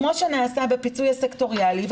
כמו שנעשה בפיצוי הסקטוריאלי,